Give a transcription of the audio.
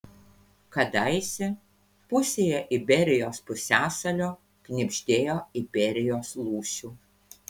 kadaise pusėje iberijos pusiasalio knibždėjo iberijos lūšių